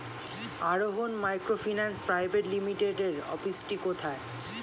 আরোহন microfinance private লিমিটেডের অফিসটি কোথায়?